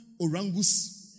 orangus